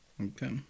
Okay